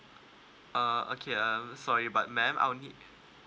uh okay um sorry but ma'am I'll need